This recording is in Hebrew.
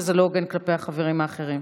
וזה לא הוגן כלפי החברים האחרים.